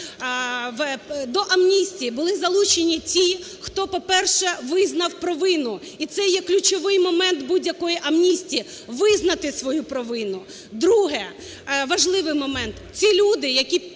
До амністії були залучені ті, хто, по-перше, визнав провину, і це є ключовий момент нової будь-якої амністії: визнати свою провину. Друге, важливий момент. Ці люди, які